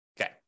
Okay